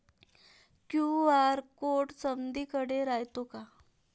QR code समदीकडे रायतो का?